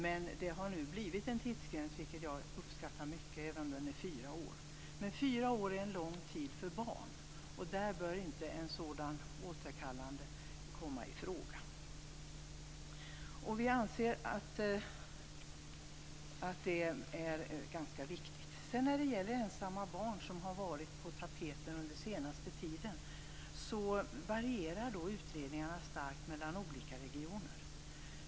Men det har nu blivit en tidsgräns, vilket jag uppskattar mycket, även om den är fyra år. Men fyra år är en lång tid för barn, och då bör inte ett återkallande komma i fråga. Vi anser att det är ganska viktigt. När det gäller ensamma barn, som har diskuterats mycket under den senaste tiden, varierar utredningarna starkt mellan olika regioner.